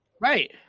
right